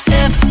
Step